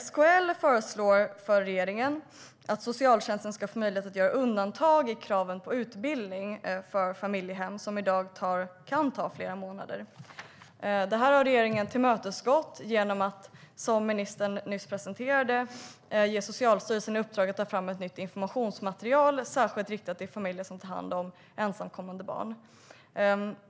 SKL föreslår för regeringen att socialtjänsten ska få möjlighet att göra undantag i kraven på utbildningen för familjehem, som i dag kan ta flera månader. Det har regeringen tillmötesgått genom att, som ministern nyss presenterade, ge Socialstyrelsen i uppdrag att ta fram ett nytt informationsmaterial som är särskilt riktat till familjer som tar hand om ensamkommande barn.